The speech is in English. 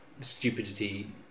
stupidity